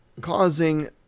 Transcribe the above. causing